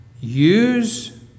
Use